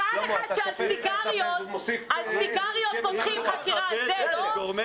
נראה לך שעל סיגריות פותחים חקירה, על זה לא?